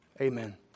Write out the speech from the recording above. Amen